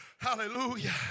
Hallelujah